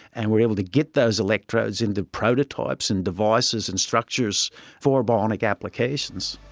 and were able to get those electrodes into prototypes and devices and structures for bionic applications.